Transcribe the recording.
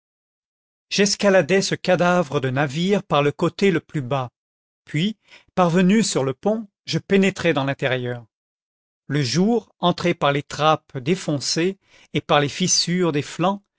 j'escaladai ce cadavre de navire par le côté le plus bas puis parvenu sur le pont je pénétrai dans l'intérieur le jour entré par les trappes défoncées et par les fissures des flancs